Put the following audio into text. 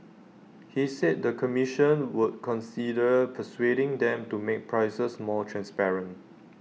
he said the commission would consider persuading them to make prices more transparent